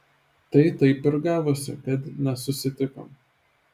tai taip ir gavosi kad nesusitikom